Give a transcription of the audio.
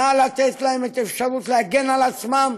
נא לתת להם את האפשרות להגן על עצמם,